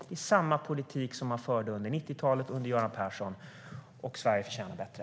Det är samma politik som man förde under 90-talet under Göran Persson. Sverige förtjänar bättre.